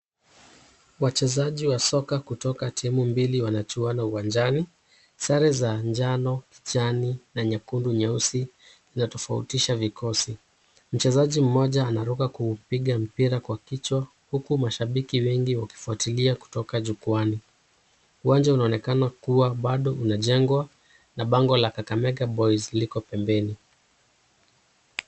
Wachezaji wa soka kutoka timu mbili wanachuana uwanjani. Sare za njano, kijani na nyekundu nyeusi zinatofautisha vikosi. Mchezaji mmoja anaruka kuupiga mpira kwa kichwa huku mashabiki wengi wakifuatilia kutoka jukwaani. Uwanja unaonekana kuwa bado unajengwa na bango la kakamega boys liko pembeni.